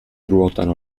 ruotano